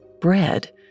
bread